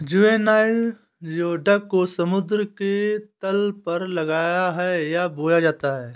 juvenile geoduck को समुद्र के तल पर लगाया है या बोया जाता है